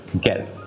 get